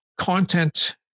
content